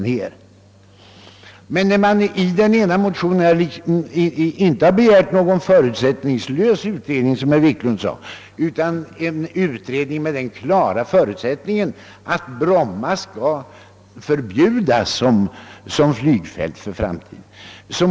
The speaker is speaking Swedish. I den ena av motionerna har inte, såsom herr Wiklund sade, begärts en förutsättningslös utredning, utan en utredning med den klara förutsättningen att Bromma flygfält inte skall få användas i framtiden.